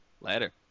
Later